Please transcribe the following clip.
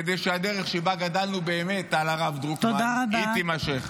כדי שהדרך שבה גדלנו באמת על הרב דרוקמן תימשך.